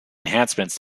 enhancements